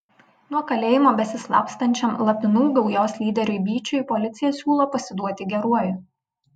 nuo kalėjimo besislapstančiam lapinų gaujos lyderiui byčiui policija siūlo pasiduoti geruoju